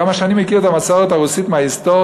עד כמה שאני מכיר את המסורת הרוסית מההיסטוריה,